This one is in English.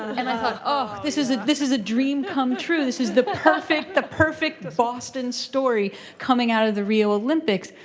and i thought oh, this is ah this is a dream come true. this is the perfect the perfect boston story coming out of the rio olympics.